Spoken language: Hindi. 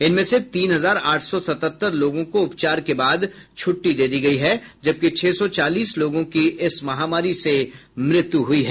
इनमें से तीन हजार आठ सौ सत्तर लोगों को उपचार के बाद छुट्टी दे दी गयी है जबकि छह सौ चालीस लोगों की इस महामारी से मौत हो चुकी है